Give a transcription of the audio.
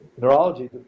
neurology